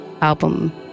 album